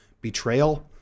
betrayal